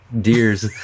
deers